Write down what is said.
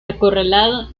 acorralado